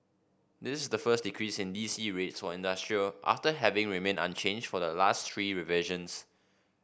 this the first decrease in D C rates for industrial after having remained unchanged for the last three revisions